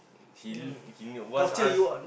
he l~ he need wants us